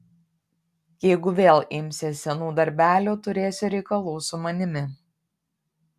jeigu vėl imsies senų darbelių turėsi reikalų su manimi